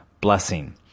blessing